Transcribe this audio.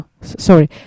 sorry